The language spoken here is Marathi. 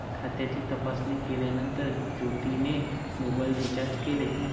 खात्याची तपासणी केल्यानंतर ज्योतीने मोबाइल रीचार्ज केले